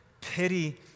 pity